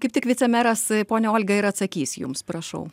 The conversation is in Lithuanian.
kaip tik vicemeras ponia olga ir atsakys jums prašau